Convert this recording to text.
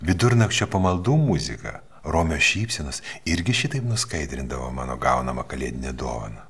vidurnakčio pamaldų muzika romios šypsenos irgi šitaip nuskaidrindavo mano gaunamą kalėdinę dovaną